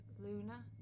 Luna